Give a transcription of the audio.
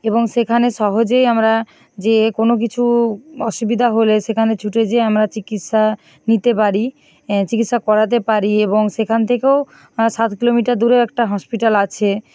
এবং সেখানে সহজেই আমরা যেয়ে কোনও কিছু অসুবিধা হলে সেখানে ছুটে যেয়ে আমরা চিকিৎসা নিতে পারি চিকিৎসা করাতে পারি এবং সেখান থেকেও সাত কিলোমিটার দূরে একটা হসপিটাল আছে